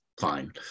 fine